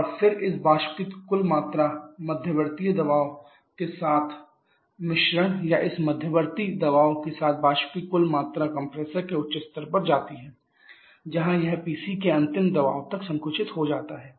और फिर इस वाष्प की कुल मात्रा मध्यवर्ती दबाव के साथ मिश्रण या इस मध्यवर्ती दबाव के साथ वाष्प की कुल मात्रा कंप्रेसर के उच्च स्तर पर जाती है जहां यह पीसी के अंतिम दबाव तक संकुचित हो जाता है